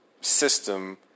system